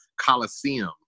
coliseum